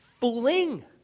fooling